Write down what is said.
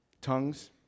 Tongues